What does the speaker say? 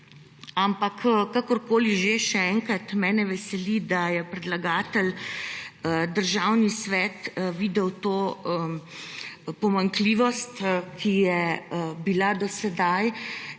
novega. Kakorkoli že, še enkrat, mene veseli, da je predlagatelj Državni svet videl to pomanjkljivost, ki je bila do sedaj,